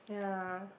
ya